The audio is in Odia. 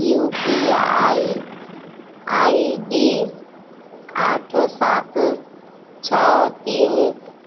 you P I I D ଆଠ ସାତ ଛଅ ତିନି